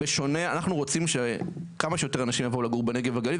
אנחנו רוצים שכמה שיותר אנשים יבואו לגור בנגב ובגליל,